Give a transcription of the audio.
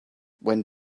when